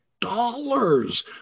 dollars